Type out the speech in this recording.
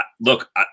look